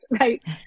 right